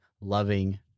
loving